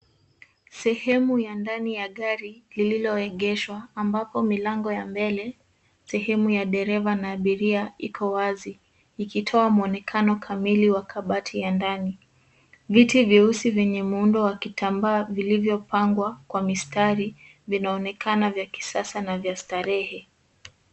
Sehemu ya ndani ya gari lililoegeshwa, ambapo milango ya mbele, sehemu ya dereva na abiria iko wazi, ikitoa mwonekano kamili wa kabati ya ndani. Viti vyeusi vyenye muundo wa kitambaa vilivyopangwa kwa mistari, vinaonekana vya kisasa na vya starehe.